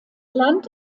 land